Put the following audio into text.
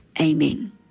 amen